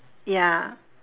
ya